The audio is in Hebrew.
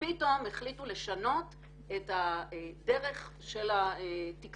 ופתאום החליטו לשנות את הדרך של התקצוב